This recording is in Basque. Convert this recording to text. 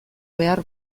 behar